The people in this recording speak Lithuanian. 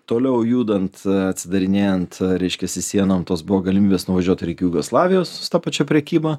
toliau judant atsidarinėjant reiškiasi sienom tos buvo galimybės nuvažiuot ir iki jugoslavijos su ta pačia prekyba